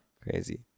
Crazy